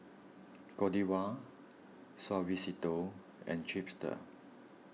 Godiva Suavecito and Chipster